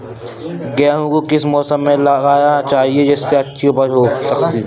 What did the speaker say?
गेहूँ को किस मौसम में लगाना चाहिए जिससे अच्छी उपज हो सके?